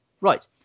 Right